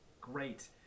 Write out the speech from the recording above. Great